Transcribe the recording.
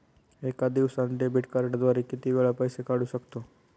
एका दिवसांत डेबिट कार्डद्वारे किती वेळा पैसे काढू शकतो?